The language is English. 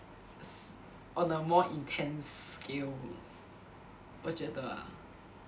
s~ on a more intense scale 我觉得 lah